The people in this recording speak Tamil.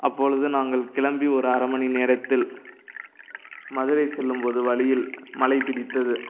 அப்பொழுது நாங்கள் கிளம்பி ஒரு அரைமணி நேரத்தில் மதுரை செல்லும்போது வழியில் மழைப் பிடித்தது